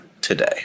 today